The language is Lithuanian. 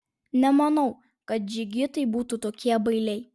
nemanau kad džigitai būtų tokie bailiai